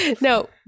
No